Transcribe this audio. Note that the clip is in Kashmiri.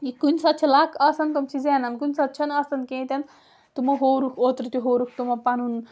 یہِ کُنہِ ساتہٕ چھِ لَک آسان تِم چھِ زینان کُنہِ ساتہٕ چھُنہٕ آسان کیٚنٛہہ تہِ نہٕ تِمو ہوورُکھ اوترٕ تہِ ہورُکھ تِمو پَنُن